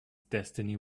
destiny